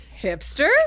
Hipster